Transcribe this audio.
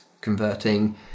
converting